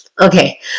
okay